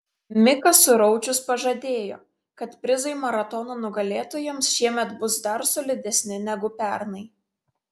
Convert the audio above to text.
mikas suraučius pažadėjo kad prizai maratono nugalėtojams šiemet bus dar solidesni negu pernai